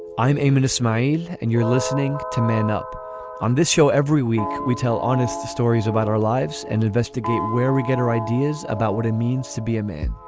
i'm aiming to smile and you're listening to man up on this show every week we tell honest stories about our lives and investigate where we get our ideas about what it means to be a man